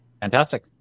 Fantastic